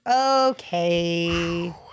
Okay